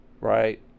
Right